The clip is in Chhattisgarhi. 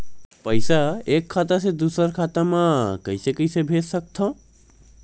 पईसा एक खाता से दुसर खाता मा कइसे कैसे भेज सकथव?